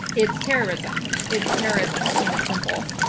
it's terrorism. it's terrorism, plain and simple,